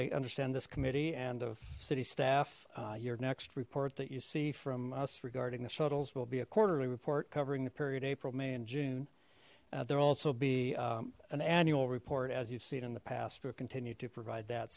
i understand this committee and of city staff your next report that you see from us regarding the shuttles will be a quarterly report covering the period april may and june there also be an annual report as you've seen in the past will continue to provide that